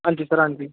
ਹਾਂਜੀ ਸਰ ਹਾਂਜੀ